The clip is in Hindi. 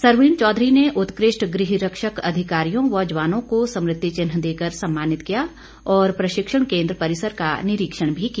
सरवीण चौधरी ने उत्कृष्ट गृह रक्षक अधिकारियों व जवानों को स्मृति चिन्ह देकर सम्मानित किया और प्रशिक्षण केन्द्र परिसर का निरीक्षण भी किया